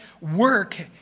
work